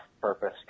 purpose